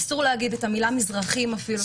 אסור להגיד את המילה מזרחים אפילו,